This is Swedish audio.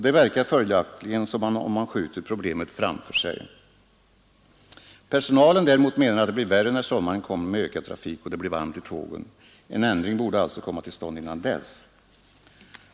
Det verkar följaktligen som om man skjuter problemet framför sig. Personalen däremot menar att det blir värre när sommaren kommer med ökad trafik och det blir varmt i tågen. En ändring borde alltså komma till stånd innan dess.